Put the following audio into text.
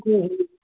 हम्म हम्म